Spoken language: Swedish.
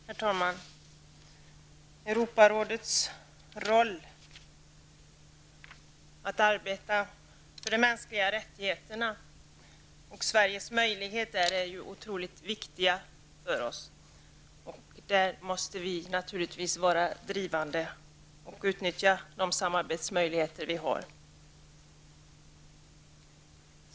Herr talman! Europarådets roll och Sveriges möjligheter att arbeta för de mänskliga rättigheterna är otroligt viktiga för oss. Där måste vi naturligtvis vara drivande och utnyttja de samarbetsmöjligheter som finns.